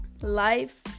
Life